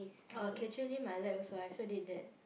oh Katherine my light also I also did that